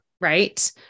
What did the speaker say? right